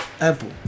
apple